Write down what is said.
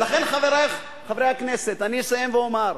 ולכן, חברי חברי הכנסת, אני אסיים ואומר,